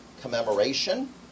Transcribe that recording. commemoration